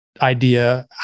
idea